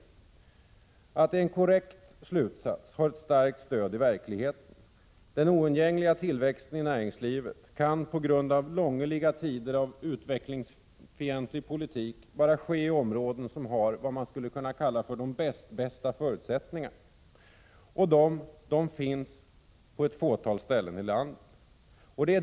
Att detta är en korrekt slutsats har ett starkt stöd i verkligheten. Den oundgängliga tillväxten i näringslivet kan på grund av långliga tider av utvecklingsfientlig politik bara ske i områden som har vad man skulle kunna kalla för de bäst-bästa förutsättningarna. De finns på ett fåtal håll i landet.